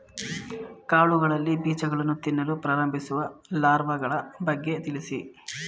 ಕಾಳುಗಳಲ್ಲಿ ಬೀಜಗಳನ್ನು ತಿನ್ನಲು ಪ್ರಾರಂಭಿಸುವ ಲಾರ್ವಗಳ ಬಗ್ಗೆ ತಿಳಿಸಿ?